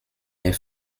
der